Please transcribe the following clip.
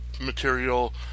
material